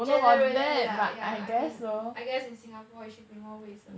generally lah yeah I mean I guess in singapore you should be more 卫生